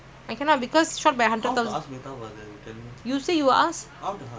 I don't know say my mother short of money after she